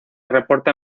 reporta